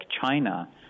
china